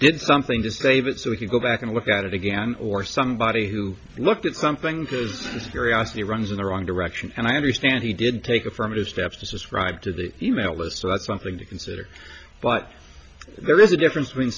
did something to save it so we can go back and look at it again or somebody who looked at something because it's very nasty runs in the wrong direction and i understand he did take affirmative steps to subscribe to the e mail list so that's something to consider but there is a difference when